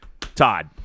Todd